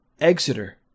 Exeter